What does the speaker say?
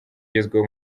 ugezweho